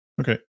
Okay